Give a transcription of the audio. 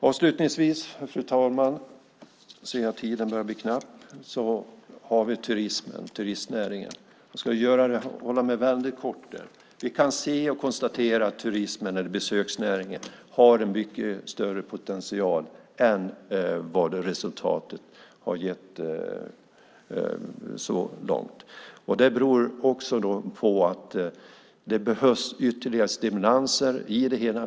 Avslutningsvis har vi turistnäringen. Jag ska fatta mig väldigt kort här. Vi kan konstatera att besöksnäringen har en mycket större potential än vad resultatet visar så långt. Det beror också på att det behövs ytterligare stimulanser i det hela.